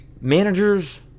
Managers